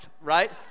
right